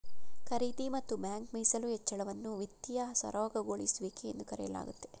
ಖರೀದಿ ಮತ್ತು ಬ್ಯಾಂಕ್ ಮೀಸಲು ಹೆಚ್ಚಳವನ್ನ ವಿತ್ತೀಯ ಸರಾಗಗೊಳಿಸುವಿಕೆ ಎಂದು ಕರೆಯಲಾಗುತ್ತೆ